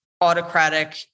autocratic